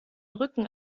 rücken